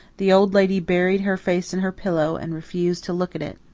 the old lady buried her face in her pillow and refused to look at it.